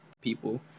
people